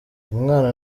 umwana